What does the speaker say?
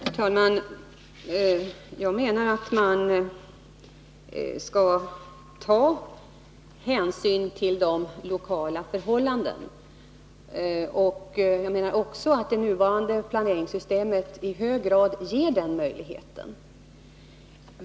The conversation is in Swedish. Herr talman! Jag menar att man skall ta hänsyn till de lokala förhållandena, och jag menar också att det nuvarande planeringssystemet i hög grad ger den möjligheten.